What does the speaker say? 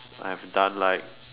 I have done like